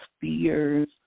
fears